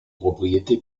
propriété